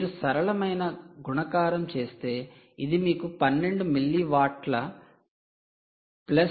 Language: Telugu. మీరు సరళమైన గుణకారం చేస్తే ఇది మీకు 12 మిల్లీవాట్లు ప్లస్ 1